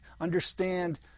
understand